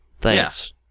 Thanks